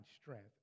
strength